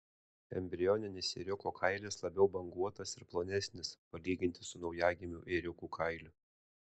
embrioninis ėriuko kailis labiau banguotas ir plonesnis palyginti su naujagimių ėriukų kailiu